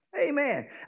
Amen